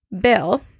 Bill